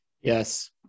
Yes